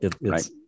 Right